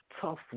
tough